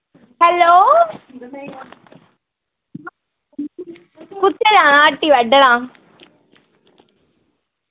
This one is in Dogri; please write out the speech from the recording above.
हैल्लो कुत्थे जाना हट्टी बैठना